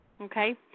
okay